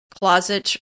closet